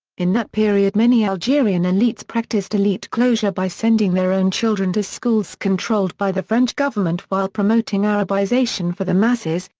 in that period many algerian elites practiced elite closure by sending their own children to schools controlled by the french government while promoting arabization for the masses,